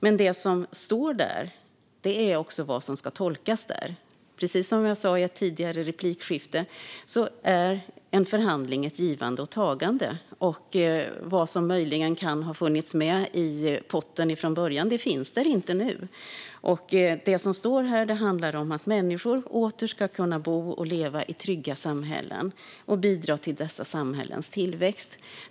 Men detta ska tolkas som det står. Precis som jag sa i ett tidigare replikskifte är en förhandling ett givande och ett tagande. Vad som möjligen kan ha funnits med i potten från början finns där inte nu. Det som står här handlar om att människor åter ska kunna bo och leva i trygga samhällen och bidra till dessa samhällens tillväxt.